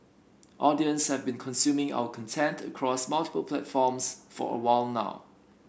audience have been consuming our content across multiple platforms for a while now